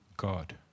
God